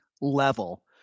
level